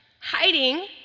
hiding